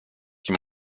die